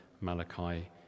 Malachi